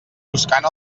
buscant